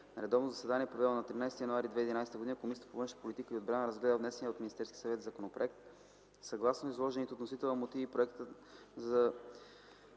На редовно заседание, проведено на 13 януари 2011 г., Комисията по външна политика и отбрана разгледа внесения от Министерския съвет законопроект. Съгласно изложените от вносителя мотиви, проектът на